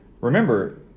remember